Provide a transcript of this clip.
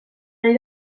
ari